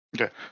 okay